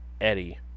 Eddie